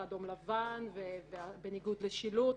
על חניה בניגוד לשילוט,